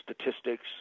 statistics